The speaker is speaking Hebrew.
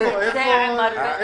פונים?